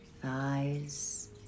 Thighs